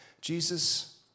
Jesus